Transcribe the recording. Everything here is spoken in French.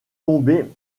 tomber